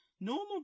Normal